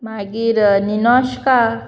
मागीर निनोश्का